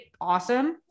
awesome